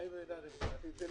אמרו יהודית ודמוקרטית,